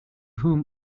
whom